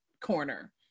corner